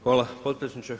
Hvala potpredsjedniče.